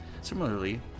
Similarly